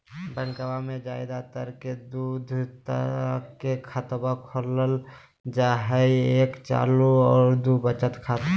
बैंकवा मे ज्यादा तर के दूध तरह के खातवा खोलल जाय हई एक चालू खाता दू वचत खाता